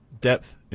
depth